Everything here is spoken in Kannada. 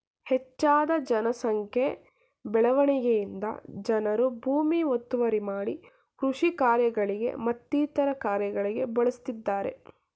ಹೆಚ್ಜದ ಜನ ಸಂಖ್ಯೆ ಬೆಳವಣಿಗೆಯಿಂದ ಜನರು ಭೂಮಿ ಒತ್ತುವರಿ ಮಾಡಿ ಕೃಷಿ ಕಾರ್ಯಗಳಿಗೆ ಮತ್ತಿತರ ಕಾರ್ಯಗಳಿಗೆ ಬಳಸ್ತಿದ್ದರೆ